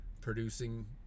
producing